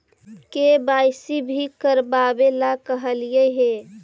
KYC भी करवावेला कहलिये हे?